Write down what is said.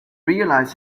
realize